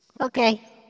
Okay